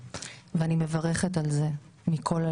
שבהם הפוגע לוקח מהקורבן את כל הזכויות